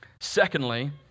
Secondly